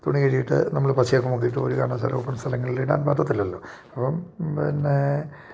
തുണി കഴികിയിട്ട് നമ്മൾ പശയൊക്കെ മുക്കിയിട്ട് ഒരു കാരണവശാലും ഓപ്പൺ സ്ഥലങ്ങൾ ഇടാൻ പറ്റത്തില്ലല്ലോ അപ്പം പിന്നേ